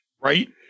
right